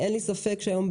אין לי ספק שהיום,